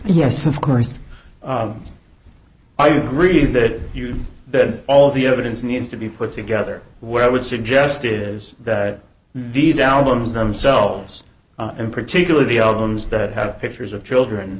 yes of course are you really that you that all the evidence needs to be put together what i would suggest is that these albums themselves in particular the albums that have pictures of children